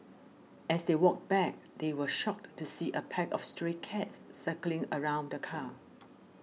as they walked back they were shocked to see a pack of stray dogs circling around the car